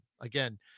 again